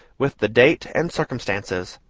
with the date and circumstances,